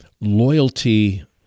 loyalty